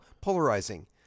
Polarizing